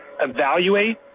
evaluate